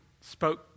spoke